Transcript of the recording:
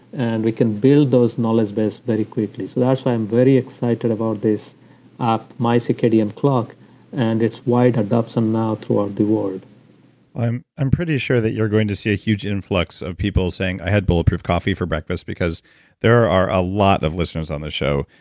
and we can build those knowledge base very quickly. that's why i'm very excited about this app mycircadianclock, and it's wide adoption now throughout the world i'm i'm pretty sure that you're going to see a huge influx of people saying, i had bulletproof coffee for breakfast, because they are are a lot of listeners on the show,